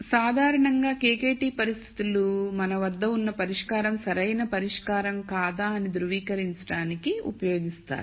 కాబట్టి సాధారణంగా KKT పరిస్థితులు సాధారణంగా మన వద్ద ఉన్న పరిష్కారం సరైన పరిష్కారం కాదా అని ధృవీకరించడానికి ఉపయోగిస్తారు